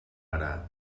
ara